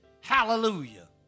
Hallelujah